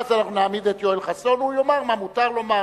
ואז אנחנו נעמיד את יואל חסון והוא יאמר מה מותר לומר,